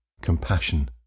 compassion